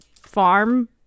farm